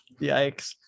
Yikes